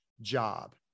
job